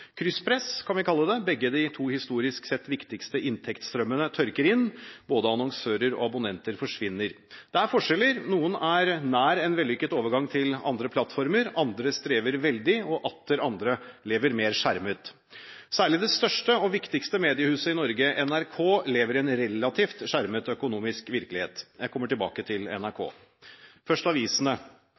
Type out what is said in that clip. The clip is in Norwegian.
Krysspress kan vi kalle det, begge de to historisk sett viktigste inntektsstrømmene tørker inn, både annonsører og abonnenter forsvinner. Det er forskjeller, noen er nær en vellykket overgang til andre plattformer, andre strever veldig, og atter andre lever mer skjermet. Særlig det største og viktigste mediehuset i Norge, NRK, lever i en relativt skjermet økonomisk virkelighet. Jeg kommer tilbake til NRK. Først avisene: